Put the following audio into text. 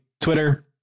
Twitter